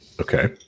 okay